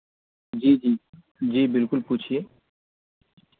جی جی جی بالکل پوچھیے